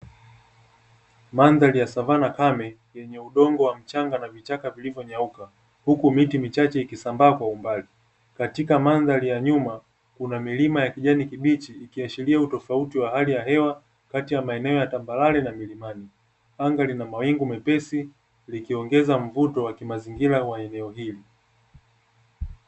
Mandhari ya savana kame yenye udongo wa mchanga na vichaka vilivyo nyauka huku miti michache ikisambaa kwa umbali katika mandhari ya nyuma, kuna milima ya kijani kibichi ikiashiria utofauti wa hali ya hewa kati ya maeneo ya tambarare na milimani anga lina mawingu mepesi likiongeza mvuto wa kimazingira wa eneo hili.